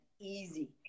easy